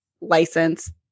license